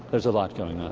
there's a lot going